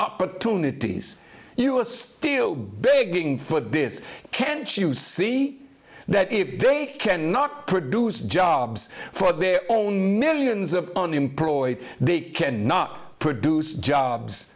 opportunities us still begging for this can't you see that if they cannot produce jobs for their own millions of unemployed they can not produce jobs